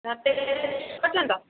ନା ଟେଷ୍ଟ୍ କରିଛନ୍ତି ତ